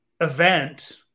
event